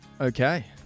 okay